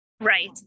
Right